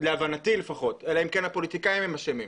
להבנתי לפחות, אלא אם כן הפוליטיקאים אשמים.